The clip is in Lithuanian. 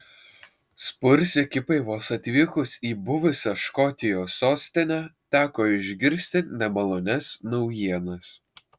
spurs ekipai vos atvykus į buvusią škotijos sostinę teko išgirsti nemalonias naujienas